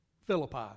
Philippi